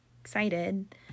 excited